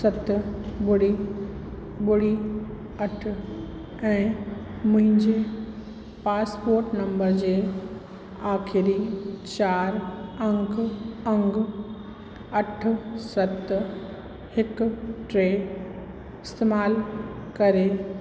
सत ॿुड़ी ॿुड़ी अठ ऐं मुंहिंजे पासपोर्ट नंबर जे आख़िरी चारि अंक अंग अठ सत हिकु टे